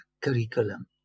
curriculum